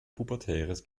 pubertäres